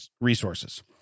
Resources